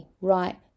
right